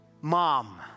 mom